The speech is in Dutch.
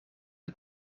het